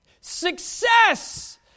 success